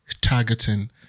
targeting